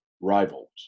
rivals